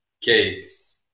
cakes